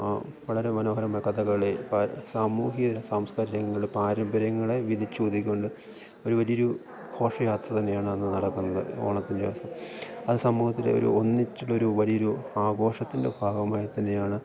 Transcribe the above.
വളരെ മനോഹരമായ കഥകളി സാമൂഹിക സാംസ്കാരികങ്ങള പാരമ്പര്യങ്ങളെ വിളിച്ചോതികൊണ്ട് ഒരു വലിയ ഒരു ഘോഷയാത്ര തന്നെയാണ് അന്ന് നടക്കുന്നത് ഓണത്തിൻ്റെ ദിവസം അത് സമൂഹത്തിലെ ഒരു ഒന്നിച്ചുള്ള ഒരു വലിയ ഒരു ആഘോഷത്തിൻ്റെ ഭാഗമായി തന്നെയാണ്